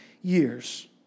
years